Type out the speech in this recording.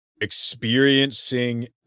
experiencing